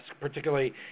particularly